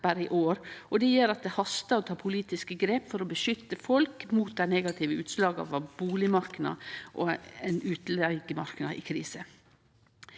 det gjer at det hastar å ta politiske grep for å beskytte folk mot dei negative utslaga av ein bustadmarknad og utleigemarknad i krise.